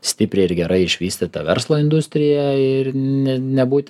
stiprią ir gerai išvystytą verslo industriją ir ne nebūt